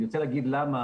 אני רוצה להגיד למה,